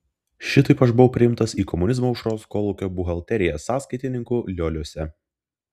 šitaip aš buvau priimtas į komunizmo aušros kolūkio buhalteriją sąskaitininku lioliuose